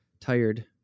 tired